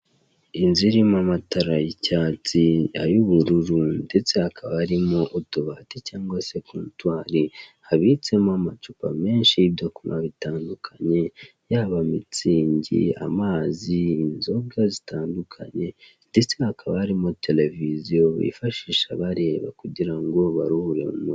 Inzu irimo amatara y'icyatsi, ay'ubururu ndetse hakaba harimo utubati cyangwa se kotwari habitsemo amacupa menshi y'ibyo kunywa bitandukanye , yaba mitsingi , amazi , inzoga zitandukanye ndetse hakaba harimo tereviziyo, bifashisha bareba kugira ngo baruhure mu mutwe.